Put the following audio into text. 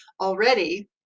already